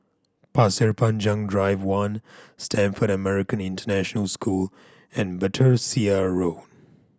Pasir Panjang Drive One Stamford American International School and Battersea Road